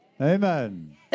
Amen